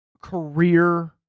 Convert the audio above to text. Career